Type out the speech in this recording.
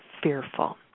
Fearful